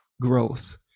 growth